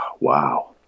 Wow